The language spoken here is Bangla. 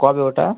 কবে ওটা